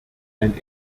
ein